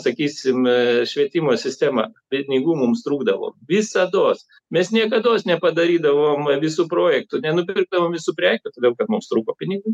sakysim švietimo sistema pinigų mums trūkdavo visados mes niekados nepadarydavom visų projektų nenupirkdavom visų prekių todėl kad mums trūko pinigų